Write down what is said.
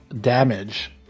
damage